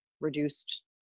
reduced